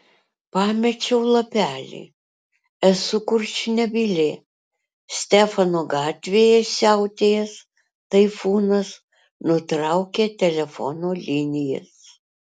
pamečiau lapelį esu kurčnebylė stefano gatvėje siautėjęs taifūnas nutraukė telefono linijas